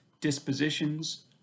dispositions